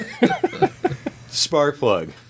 Sparkplug